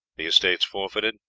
the estates forfeited,